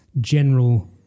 general